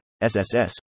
SSS